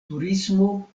turismo